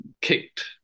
kicked